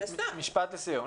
משפט לסיום.